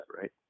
Right